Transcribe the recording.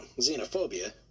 xenophobia